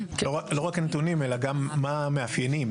לא רק הנתונים, אלא גם מה המאפיינים.